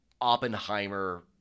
Oppenheimer